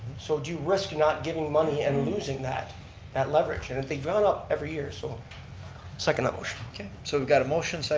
so do you risk not giving money and losing that that leverage and and think up every year, so second that motion. okay, so we've got a motion so